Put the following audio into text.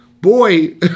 Boy